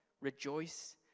rejoice